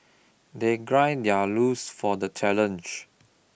they gird their loins for the challenge